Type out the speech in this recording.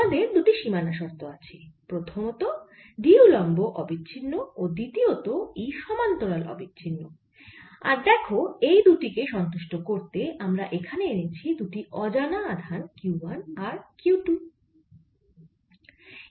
আমাদের দুটি সীমানা শর্ত আছে প্রথমত D উল্লম্ব অবিচ্ছিন্ন ও দ্বিতীয়ত E সমান্তরাল অবিচ্ছিন্ন আর দেখো এই দুটি কে সন্তুষ্ট করতে আমরা এখানে এনেছি দুটি অজানা আধান q 1 আর q 2